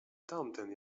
tamten